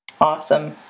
awesome